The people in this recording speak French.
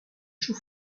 chou